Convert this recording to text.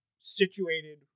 Situated